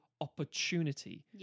opportunity